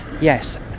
yes